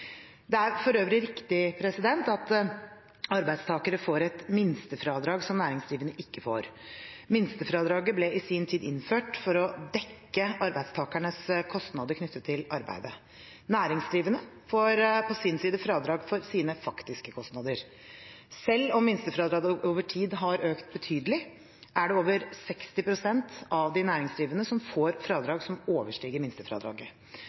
Det er for øvrig riktig at arbeidstakere får et minstefradrag som næringsdrivende ikke får. Minstefradraget ble i sin tid innført for å dekke arbeidstakernes kostnader knyttet til arbeidet. Næringsdrivende får på sin side fradrag for sine faktiske kostnader. Selv om minstefradraget over tid har økt betydelig, er det over 60 pst. av de næringsdrivende som får fradrag som overstiger minstefradraget.